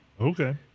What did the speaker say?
Okay